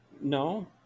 No